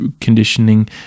conditioning